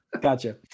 gotcha